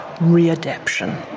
re-adaption